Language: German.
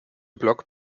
block